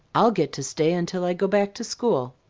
i'll get to stay until i go back to school!